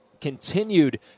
continued